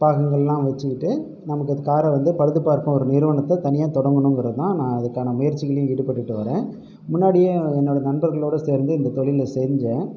பாகங்கள்லாம் வைச்சிக்கிட்டு நமக்கு அந்த காரை வந்து பழுது பார்க்கும் ஒரு நிறுவனத்தை தனியாக தொடங்கணுங்கிறதுதான் நான் அதுக்கான முயற்சிகளிலும் ஈடுபட்டுட்டு வரேன் முன்னாடியும் என்னுடைய நண்பர்களோட சேர்ந்து இந்த தொழிலை செஞ்சேன்